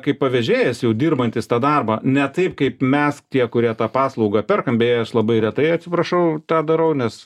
kaip pavežėjęs jau dirbantys tą darbą ne taip kaip mes tie kurie tą paslaugą perkam beje labai retai atsiprašau tą darau nes